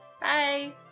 Bye